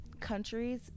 countries